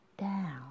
down